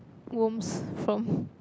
worms from